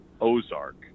Ozark